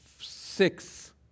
six